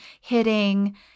hitting